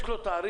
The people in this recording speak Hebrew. יש לו תעריף.